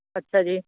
ਅੱਛਾ ਜੀ